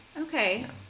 Okay